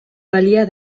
balia